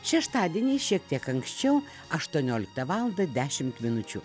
šeštadienį šiek tiek anksčiau aštuonioliktą valandą dešimt minučių